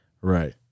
Right